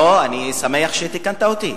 לא, אני שמח שתיקנת אותי.